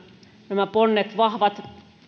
nämä ponnet vahvat